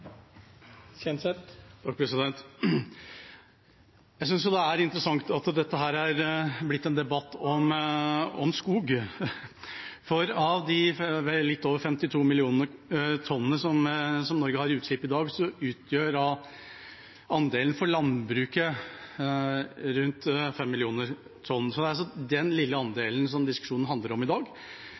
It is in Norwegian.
Jeg synes det er interessant at dette er blitt en debatt om skog, for av de litt over 52 mill. tonn som Norge har av utslipp i dag, utgjør andelen for landbruket rundt 5 mill. tonn. Det er altså den lille andelen diskusjonen handler om i dag.